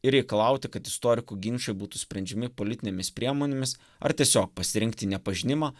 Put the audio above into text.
ir reikalauti kad istorikų ginčai būtų sprendžiami politinėmis priemonėmis ar tiesiog pasirinkti nepažinimą